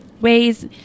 ways